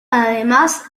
además